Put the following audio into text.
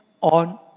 on